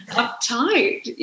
uptight